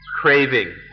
craving